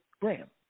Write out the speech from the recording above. Graham